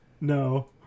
no